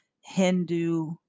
Hindu